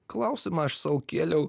klausimą aš sau kėliau